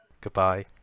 Goodbye